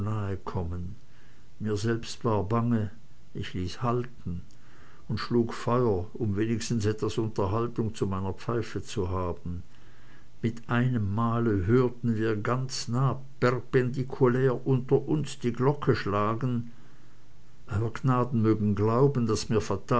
mir war selbst bange ich ließ halten und schlug feuer um wenigstens etwas unterhaltung an meiner pfeife zu haben mit einemmale hörten wir ganz nah perpendikulär unter uns die glocke schlagen ew gnaden mögen glauben daß mir